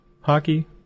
hockey